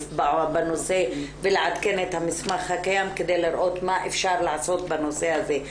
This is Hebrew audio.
בנושא ולעדכן את המסמך הקיים כדי לראות מה אפשר לעשות בנושא הזה.